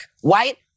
white